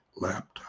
laptop